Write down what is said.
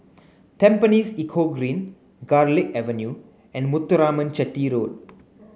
Tampines Eco Green Garlick Avenue and Muthuraman Chetty Road